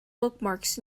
bookmarks